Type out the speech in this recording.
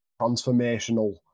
transformational